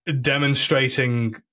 demonstrating